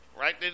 right